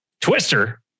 Twister